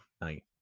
night